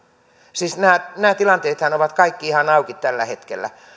siis nämä nämä tilanteethan ovat kaikki ihan auki tällä hetkellä